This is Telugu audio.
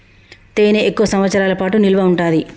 తేనె ఎక్కువ సంవత్సరాల పాటు నిల్వ ఉంటాది